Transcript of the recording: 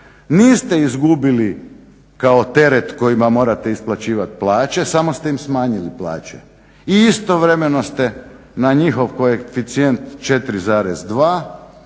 niste izgubili kao teret kojima morate isplaćivati plaće samo ste im smanjili plaće i istovremeno ste na njihov koeficijent 4,2